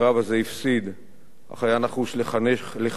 אך היה נחוש לחנך כמה שיותר צעירים